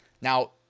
Now